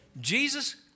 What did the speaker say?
Jesus